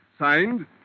Signed